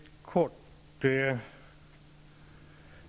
Herr talman!